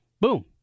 Boom